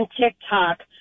TikTok